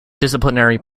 disciplinary